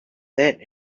that